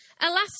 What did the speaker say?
Alas